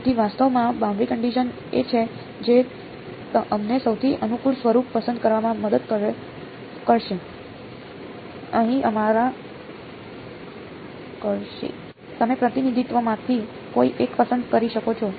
તેથી વાસ્તવમાં boundary condition એ છે જે અમને સૌથી અનુકૂળ સ્વરૂપ પસંદ કરવામાં મદદ કરશે તમે પ્રતિનિધિત્વમાંથી કોઈ એક પસંદ કરી શકો છો